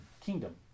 kingdom